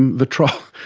the trial,